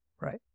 Right